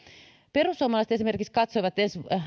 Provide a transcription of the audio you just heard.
perussuomalaiset esimerkiksi katsoivat